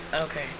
Okay